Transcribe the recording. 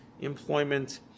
employment